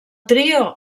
trio